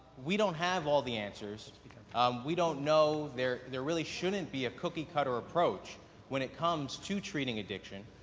we don't have all of the answers, we don't know, there there really shouldn't be a cookie cutter approach when it comes to treating addiction,